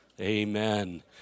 Amen